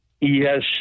Yes